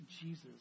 Jesus